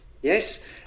yes